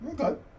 Okay